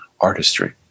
artistry